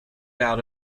out